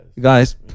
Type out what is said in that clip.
guys